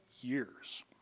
years